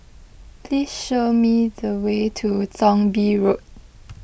please show me the way to Thong Bee Road